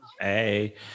Hey